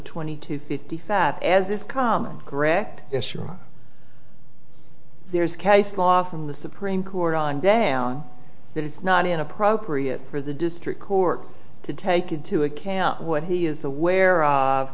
twenty to fifty fat as if coming correct yes sure there's case law from the supreme court on down that it's not inappropriate for the district court to take into account what he is aware of